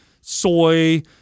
soy